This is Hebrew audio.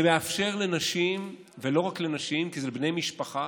זה מאפשר לנשים, ולא רק לנשים אלא לבני משפחה,